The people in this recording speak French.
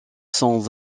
sont